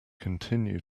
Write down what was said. continue